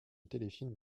téléfilm